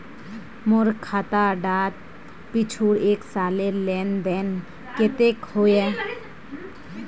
मोर खाता डात पिछुर एक सालेर लेन देन कतेक होइए?